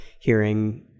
hearing